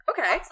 Okay